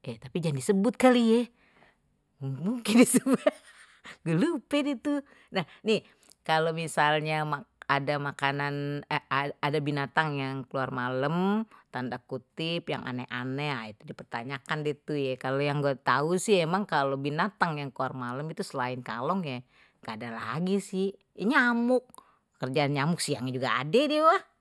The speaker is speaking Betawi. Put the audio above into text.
oke tapi jangan disebut kali ya kalau misalnya ada makanan ada binatang yang keluar malam tanda kutip yang aneh-aneh nah kebanyakan gitu ya kalau yang baru tahu sih emang kalau binatang yang normal itu selain kaleng ya enggak ada lagi sih ini nyamuk kerjaan nyamuk siang ini juga ade juga.